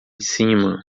cima